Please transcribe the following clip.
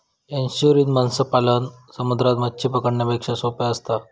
estuarine मत्स्य पालन समुद्रात मच्छी पकडण्यापेक्षा सोप्पा असता